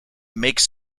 makes